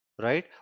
right